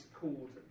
called